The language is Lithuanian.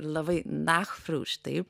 labai nachfruš taip